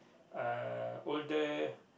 uh older